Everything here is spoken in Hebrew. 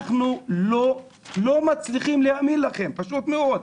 אנחנו לא מצליחים להאמין לכם, פשוט מאוד.